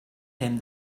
him